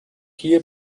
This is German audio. hier